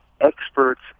Experts